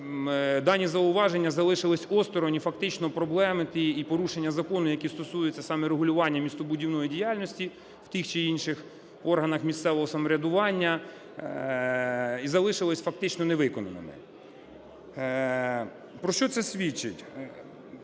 дані зауваження залишились осторонь і фактично проблеми ті і порушення закону, які стосуються саме регулювання містобудівної діяльності в тих чи інших органах місцевого самоврядування, і залишились фактично невиконаними. Про що це свідчить?